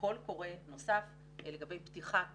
בקול קורא נוסף לגבי פתיחת